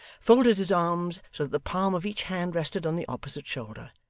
folded his arms so that the palm of each hand rested on the opposite shoulder,